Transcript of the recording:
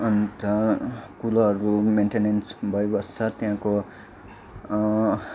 अन्त कुलोहरू मेन्टेनेन्स भइबस्छ त्यहाँको